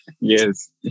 Yes